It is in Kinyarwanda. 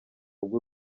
bw’u